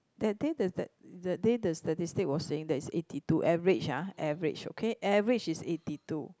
that day the that day the statistic was saying that its eighty two average ah average okay average is eighty two